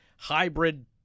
hybrid